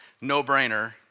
no-brainer